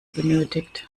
benötigt